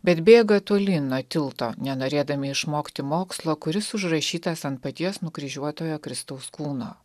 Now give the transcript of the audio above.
bet bėga tolyn nuo tilto nenorėdami išmokti mokslo kuris užrašytas ant paties nukryžiuotojo kristaus kūno